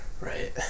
right